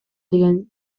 деген